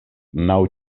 naŭ